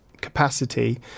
capacity